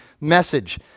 message